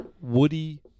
woody